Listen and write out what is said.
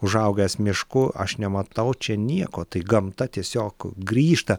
užaugęs mišku aš nematau čia nieko tai gamta tiesiog grįžta